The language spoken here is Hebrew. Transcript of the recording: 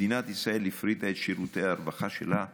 מדינת ישראל הפריטה את שירותי הרווחה שלה בטירוף,